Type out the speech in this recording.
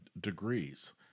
degrees